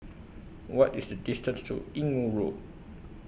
What IS The distance to Inggu Road